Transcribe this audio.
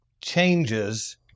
changes